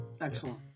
Excellent